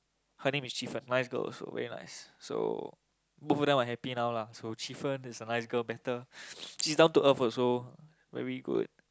her name is Qi Fen nice girl also very nice so both of them are happy now lah so Qi Fen is a nice girl also better she's down to earth also very good